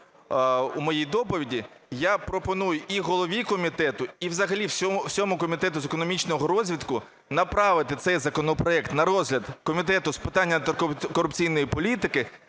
у моїй доповіді, я пропоную і голові комітету, і взагалі всьому Комітету з економічного розвитку направити цей законопроект на розгляд Комітету з питань антикорупційної політики,